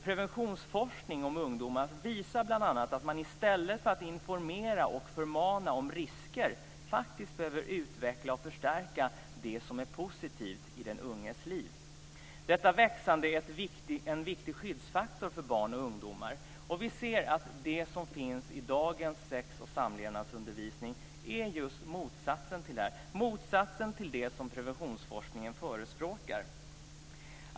Preventionsforskning om ungdomar visar bl.a. att man i stället för att informera och förmana om risker faktiskt behöver utveckla och förstärka det som är positivt i den unges liv. Detta växande är en viktig skyddsfaktor för barn och ungdomar. Vi ser att det som finns i dagens sex och samlevnadsundervisning är just motsatsen till det som preventionsforskningen förespråkar.